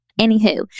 anywho